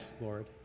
Lord